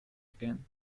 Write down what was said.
again